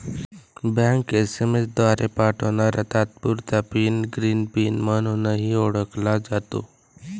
bank SMS द्वारे पाठवणारा तात्पुरता पिन ग्रीन पिन म्हणूनही ओळखला जातो